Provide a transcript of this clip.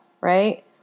right